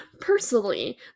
personally